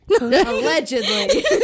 allegedly